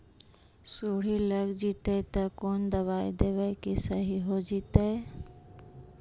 सुंडी लग जितै त कोन दबाइ देबै कि सही हो जितै?